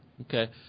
Okay